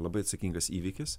labai atsakingas įvykis